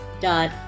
dot